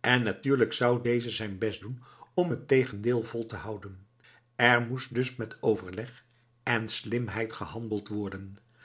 en natuurlijk zou deze zijn best doen om het tegendeel vol te houden er moest dus met overleg en slimheid gehandeld worden